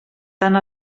tant